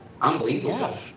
Unbelievable